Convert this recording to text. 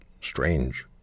strange